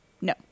No